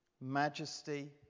majesty